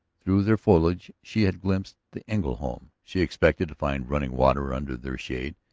through their foliage she had glimpsed the engle home. she expected to find running water under their shade,